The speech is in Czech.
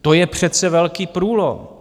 To je přece velký průlom.